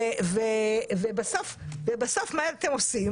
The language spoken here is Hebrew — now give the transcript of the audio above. ובסוף מה אתם עושים